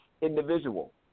individual